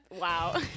wow